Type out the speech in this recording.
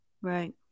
Right